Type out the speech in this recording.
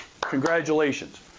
Congratulations